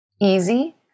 easy